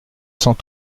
cent